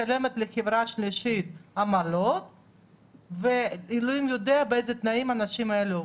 משלמת לחברה שלישית עמלות ואלוהים יודע באיזה תנאים האנשים האלה עובדים.